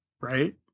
right